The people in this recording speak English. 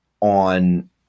on